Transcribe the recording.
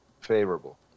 favorable